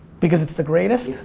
because it's the greatest.